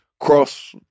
cross